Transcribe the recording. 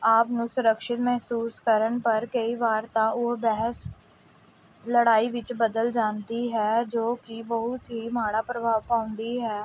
ਆਪ ਨੂੰ ਸੁਰੱਕਸ਼ਿਤ ਮਹਿਸੂਸ ਕਰਨ ਪਰ ਕਈ ਵਾਰ ਤਾਂ ਉਹ ਬਹਿਸ ਲੜਾਈ ਵਿੱਚ ਬਦਲ ਜਾਂਦੀ ਹੈ ਜੋ ਕਿ ਬਹੁਤ ਹੀ ਮਾੜਾ ਪ੍ਰਭਾਵ ਪਾਉਂਦੀ ਹੈ